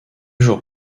jours